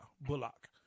Bullock